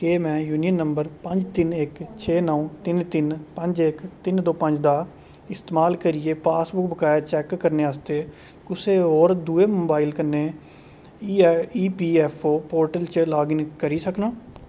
क्या में UAN number पंज तिन इक छे नौ तिन तिन पंज इक तिन दो पंज दा इस्तेमाल करियै पासबुक बकाया चैक्क करने आस्तै कुसै होर दुए मोबाइल कन्नै ईपीऐफ्फओ पोर्टल च लाग इन करी सकनां